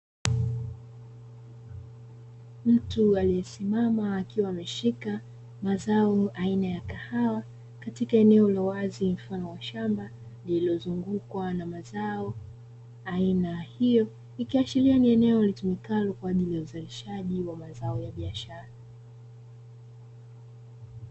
Mtu aliyesimama akiwa ameshika mazao aina ya kahawa, katika eneo lililo wazi mfano wa shamba, lililozungukwa na mazao aina hiyo; ikiashiria ni eneo litumikalo kwa ajili ya uzalishaji wa mazao ya biashara.